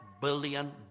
billion